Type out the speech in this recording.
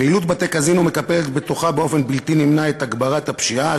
פעילות בתי-קזינו מקפלת בתוכה באופן בלתי נמנע את הגברת הפשיעה,